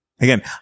again